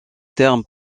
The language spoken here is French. termes